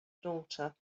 daughter